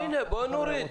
הינה, בוא נוריד.